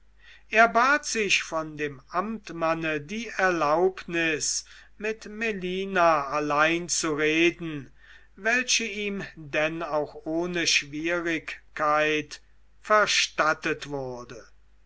erbat sich von dem amtmann die erlaubnis mit melina allein zu reden welche ihm denn auch ohne schwierigkeit verstattet wurde